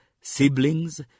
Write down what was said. siblings